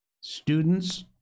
Students